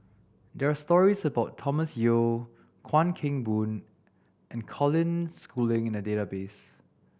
there are stories about Thomas Yeo Chuan Keng Boon and Colin Schooling in the database